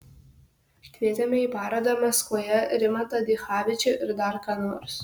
kvietėme į parodą maskvoje rimantą dichavičių ir dar ką nors